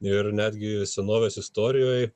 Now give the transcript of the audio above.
ir netgi senovės istorijoj